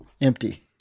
empty